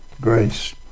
grace